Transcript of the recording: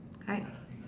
right